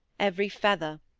every feather.